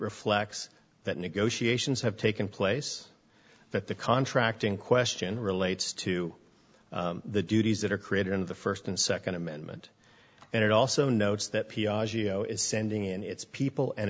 reflects that negotiations have taken place that the contract in question relates to the duties that are created in the first and second amendment and it also notes that piaggio is sending in its people and